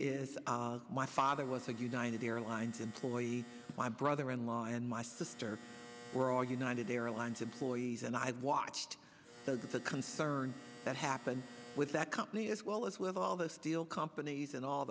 is my father was a united airlines employees my brother in law and my sister were all united airlines employees and i watched the concern that happen with that company as well as with all the steel companies and all